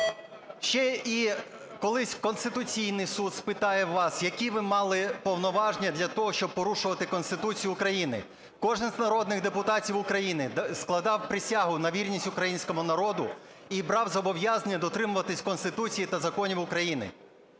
Ще і колись Конституційний Суд спитає у вас, які ви мали повноваження для того, щоб порушувати Конституцію України. Кожен з народних депутатів України складав присягу на вірність українському народу і брав зобов'язання дотримуватись Конституції та законів України.